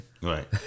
Right